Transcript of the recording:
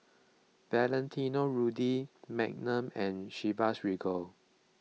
Valentino Rudy Magnum and Chivas Regal